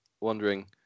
wondering